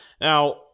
Now